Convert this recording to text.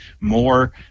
more